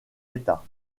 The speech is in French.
état